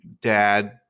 dad